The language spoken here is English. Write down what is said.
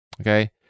Okay